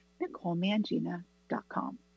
NicoleMangina.com